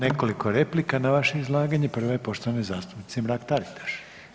Imamo nekoliko replika na vaše izlaganje, prva je poštovane zastupnice Mrak Taritaš.